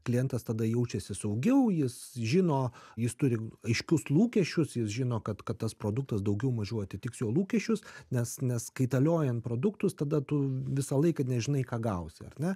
klientas tada jaučiasi saugiau jis žino jis turi aiškius lūkesčius jis žino kad kad tas produktas daugiau mažiau atitiks jo lūkesčius nes nes kaitaliojan produktus tada tu visą laiką nežinai ką gausi ar ne